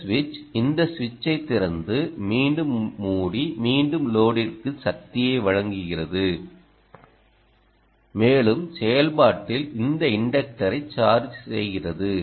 இந்த சுவிட்ச் இந்த சுவிட்சைத் திறந்து மீண்டும் மூடி மீண்டும் லோடிற்குத் சக்தியை வழங்குகிறது மேலும் செயல்பாட்டில் இந்த இன்டக்டரைச் சார்ஜ் செய்கிறது